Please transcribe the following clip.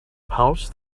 pouch